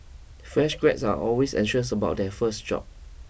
fresh grads are always anxious about their first job